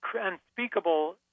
unspeakable